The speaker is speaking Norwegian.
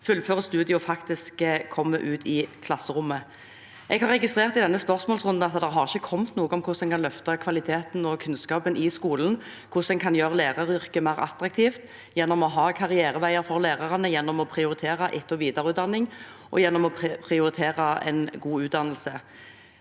fullfører studiet og faktisk kommer ut i klasserommet? Jeg har registrert i denne spørsmålsrunden at det ikke har kommet noe om hvordan en kan løfte kvaliteten og kunnskapen i skolen, hvordan en kan gjøre læreryrket mer attraktivt gjennom å ha karriereveier for lærerne, gjennom å prioritere etter- og videreutdanning og gjennom